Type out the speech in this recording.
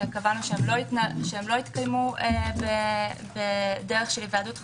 שקבענו שלא יתקיימו בדרך של היוועדות חזותית,